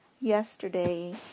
yesterday